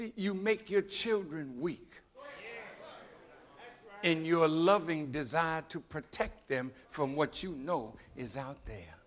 you make your children weak and your loving designed to protect them from what you know is out there